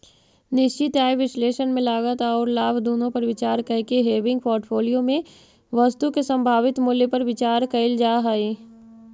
निश्चित आय विश्लेषण में लागत औउर लाभ दुनो पर विचार कईके हेविंग पोर्टफोलिया में वस्तु के संभावित मूल्य पर विचार कईल जा हई